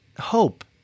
hope